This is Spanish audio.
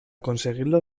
conseguirlo